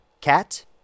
Cat